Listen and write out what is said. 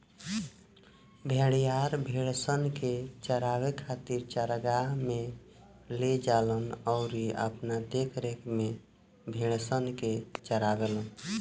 भेड़िहार, भेड़सन के चरावे खातिर चरागाह में ले जालन अउरी अपना देखरेख में भेड़सन के चारावेलन